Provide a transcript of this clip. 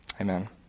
Amen